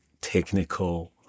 technical